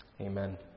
Amen